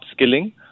upskilling